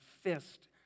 fist